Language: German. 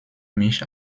mich